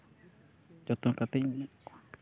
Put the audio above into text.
ᱡᱚᱛᱚᱱ ᱠᱟᱛᱮᱧ